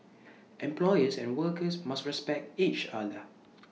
employers and workers must respect each other